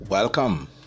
Welcome